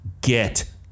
get